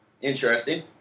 Interesting